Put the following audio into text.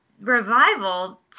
revival